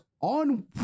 on